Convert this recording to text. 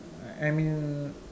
I mean